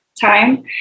time